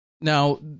Now